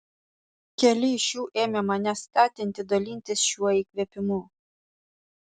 keli iš jų ėmė mane skatinti dalintis šiuo įkvėpimu